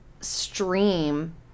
stream